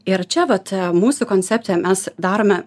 ir čia vat mūsų koncepcija mes darome